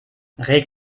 reg